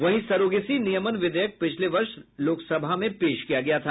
वहीं सरोगेसी नियमन विधेयक पिछले वर्ष लोकसभा में पेश किया गया था